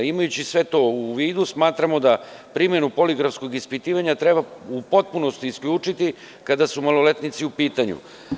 Imajući sve to u vidu, smatramo da primenu poligrafskog ispitivanja treba u potpunosti isključiti kada su maloletnici u pitanju.